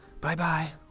Bye-bye